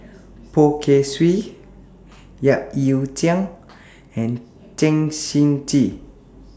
Poh Kay Swee Yap Ee Chian and Chen Shiji